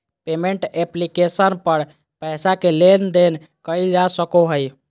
payment application पर पैसा के लेन देन कइल जा सको हइ